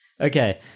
Okay